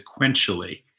sequentially